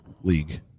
League